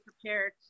prepared